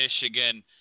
Michigan